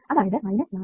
അതായത് 4